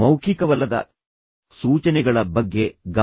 ಈಗ ನೀವು ಮೌಖಿಕವಲ್ಲದ ಸೂಚನೆಗಳ ಬಗ್ಗೆ ಗಮನ ಹರಿಸುತ್ತೀರಾ